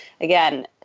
again